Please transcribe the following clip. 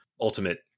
ultimate